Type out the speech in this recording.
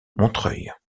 montreuil